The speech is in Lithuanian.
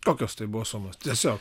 kokios tai buvo sumos tiesiog